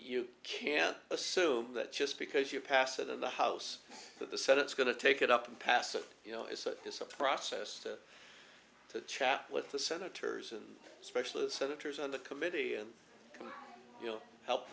you can't assume that just because you pass it in the house that the senate's going to take it up and pass it you know it is a process to chat with the senators and especially the senators on the committee and you know help